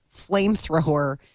flamethrower